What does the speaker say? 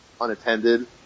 unattended